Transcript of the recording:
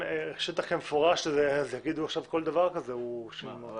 שטח כמפורש, יגידו עכשיו שכל דבר כזה הוא שינוי.